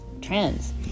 trends